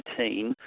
2018